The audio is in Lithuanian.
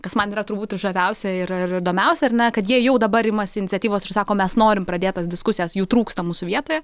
kas man yra turbūt žaviausia ir ir įdomiausia ar ne kad jie jau dabar imasi iniciatyvos ir sako mes norime pradėt tas diskusijas jų trūksta mūsų vietoje